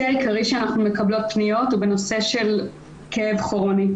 העיקרי שאנחנו מקבלות פניות הוא בנושא של כאב כרוני.